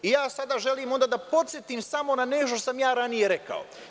Sada želim onda da podsetim samo na nešto što sam ranije rekao.